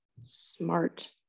smart